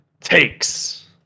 takes